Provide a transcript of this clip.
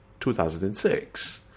2006